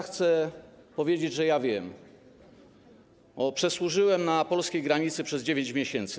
Chcę powiedzieć, że ja wiem, bo służyłem na polskiej granicy przez 9 miesięcy.